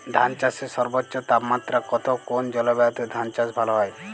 ধান চাষে সর্বোচ্চ তাপমাত্রা কত কোন জলবায়ুতে ধান চাষ ভালো হয়?